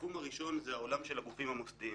התחום הראשון זה העולם של הגופים המוסדיים.